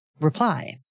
reply